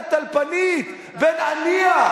היית הטלפנית בין הנייה,